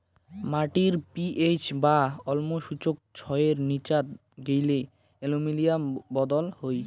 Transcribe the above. মাটির পি.এইচ বা অম্ল সূচক ছয়ের নীচাত গেইলে অ্যালুমিনিয়াম বদল হই